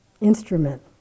instrument